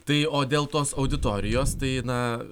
tai o dėl tos auditorijos tai na